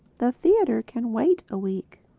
the theatre can wait a week.